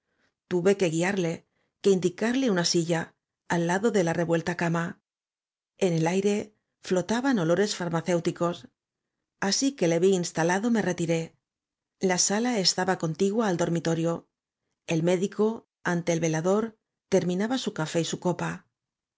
tuve que guiarle que indicarle una silla al lado de la revuelta cama en el aire flotaban olores farmacéuticos así que le vi instalado m e retiré l a sala estaba c o n t i g u a